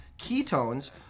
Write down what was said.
ketones